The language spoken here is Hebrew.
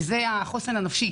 לעניין החוסן הנפשי.